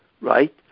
right